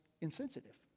insensitive